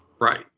Right